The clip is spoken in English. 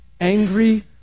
angry